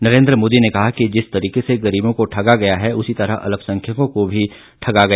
नरेंद्र मोदी ने कहा कि जिस तरीके से गरीबों को ठगा गया उसी तरह अल्पसंख्यकों को भी ठगा गया